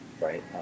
right